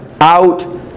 out